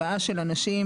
הבאה של אנשים,